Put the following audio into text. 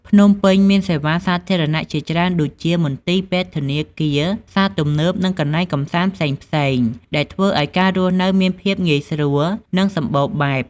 ភ្នំពេញមានសេវាសាធារណៈជាច្រើនដូចជា មន្ទីរពេទ្យ ធនាគារ ផ្សារទំនើប និងកន្លែងកម្សាន្តផ្សេងៗ ដែលធ្វើឲ្យការរស់នៅមានភាពងាយស្រួល និងសម្បូរបែប។